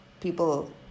people